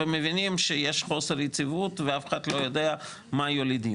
מבינים שיש חוסר יציבות ואף אחד לא יודע מה יוליד יום.